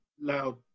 loud